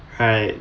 hi